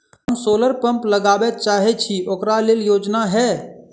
हम solar pump लगाबै चाहय छी ओकरा लेल योजना हय?